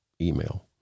email